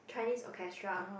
Chinese Orchestra